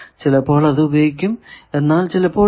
ചിലപ്പോൾ അത് ഉപയോഗിക്കും എന്നാൽ ചിലപ്പോൾ ഇല്ല